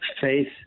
faith